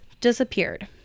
disappeared